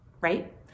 right